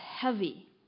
heavy